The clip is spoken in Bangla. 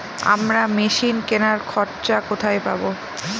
আমরা মেশিন কেনার খরচা কোথায় পাবো?